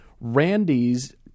Randy's